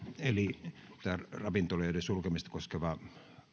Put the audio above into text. eli jos ravintoloiden sulkemista koskeva